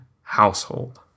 household